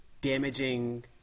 damaging